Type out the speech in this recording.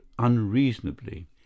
unreasonably